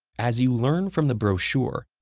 as you learn from the brochure,